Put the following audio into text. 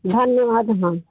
धन्यवाद हाँ